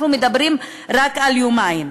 אנחנו מדברים רק על יומיים.